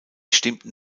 stimmten